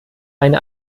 eine